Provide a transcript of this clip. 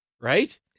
right